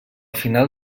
final